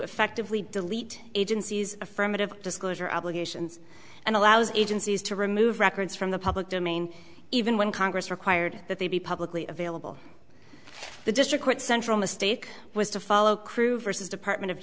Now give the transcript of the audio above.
effectively delete agency's affirmative disclosure obligations and allows agencies to remove records from the public domain even when congress required that they be publicly available the district court central mistake was to follow crew versus department of